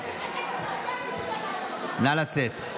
נא לצאת.